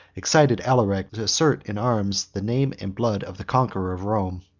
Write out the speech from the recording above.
excited alaric to assert in arms the name and blood of the conquerors of rome.